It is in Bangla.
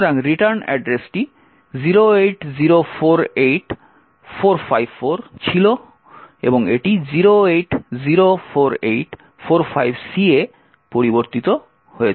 সুতরাং রিটার্ন অ্যাড্রেসটি 08048454 ছিল এবং এটি 0804845C এ পরিবর্তিত হয়েছে